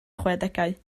chwedegau